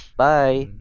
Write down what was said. bye